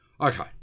Okay